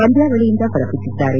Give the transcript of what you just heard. ಪಂದ್ಯಾವಳಿಯಿಂದ ಹೊರಬಿದ್ದಿದ್ದಾರೆ